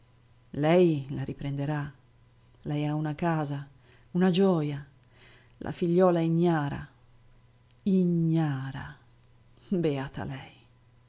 lei la riprenderà lei ha una casa una gioja ia figliuola ignara i-gna-ra beata lei